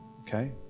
Okay